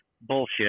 bullshit